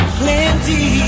plenty